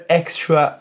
extra